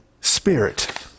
Spirit